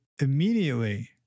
immediately